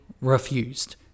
refused